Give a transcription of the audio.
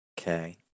Okay